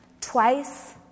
twice